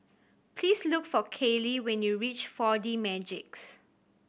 please look for Kayley when you reach Four D Magix